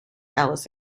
alice